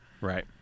Right